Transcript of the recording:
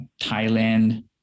Thailand